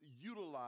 utilize